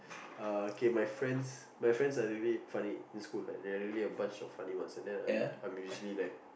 uh okay my friends my friends are little bit funny in school like they're really a bunch of funny ones and then I'm I'm usually like